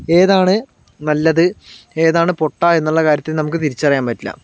ഏതാണ് നല്ലത് ഏതാണ് പൊട്ടാ എന്നുള്ള കാര്യത്തിൽ നമുക്ക് തിരിച്ചറിയാൻ പറ്റില്ല